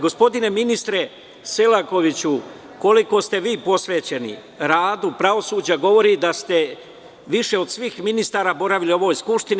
Gospodine ministre Selakoviću, koliko ste vi posvećeni radu pravosuđa govori da ste više od svih ministara boravili u ovoj Skupštini.